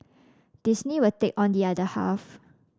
Disney will take on the other half